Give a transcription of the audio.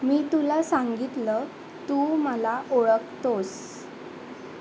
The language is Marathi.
मी तुला सांगितलं तू मला ओळखतोस